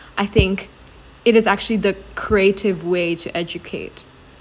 I think it is actually the creative way to educate